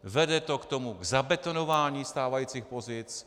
Vede to k zabetonování stávajících pozic.